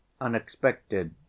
unexpected